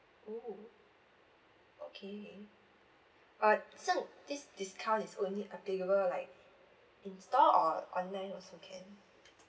oo okay but so this discount is only applicable like in store or online also can